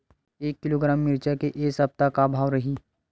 एक किलोग्राम मिरचा के ए सप्ता का भाव रहि?